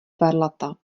varlata